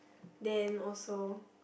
then also